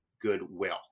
goodwill